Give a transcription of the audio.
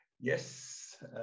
Yes